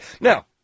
Now